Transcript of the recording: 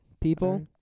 People